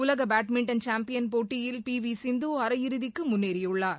உலக badminton champion போட்டியில் P V Sindhu அரையிறுதிக்கு முன்னேறியுள்ளார்